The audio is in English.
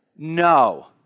No